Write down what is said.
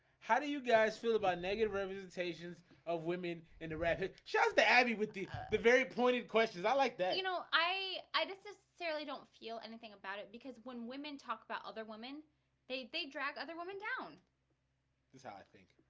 how do you guys feel about negative representations of women in the rabbit shows the abby with the the very pointed questions? i like that you know, i i just sarah lee don't feel anything about it because when women talk about other women they they drag other woman down that's how i think